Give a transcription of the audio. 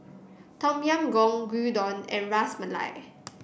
Tom Yam Goong Gyudon and Ras Malai